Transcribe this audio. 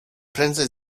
prędzej